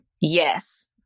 Yes